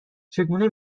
چگونه